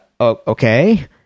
okay